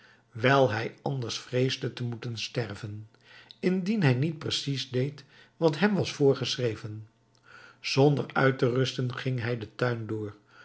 wijl hij anders vreesde te moeten sterven indien hij niet precies deed wat hem was voorgeschreven zonder uit te rusten ging hij den tuin door